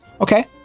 Okay